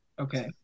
Okay